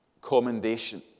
commendation